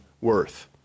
worth